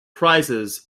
prizes